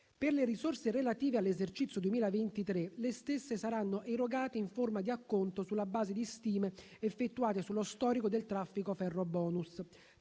Per le risorse relative all'esercizio 2023, le stesse saranno erogate in forma di acconto sulla base di stime effettuate sullo storico del traffico "ferrobonus".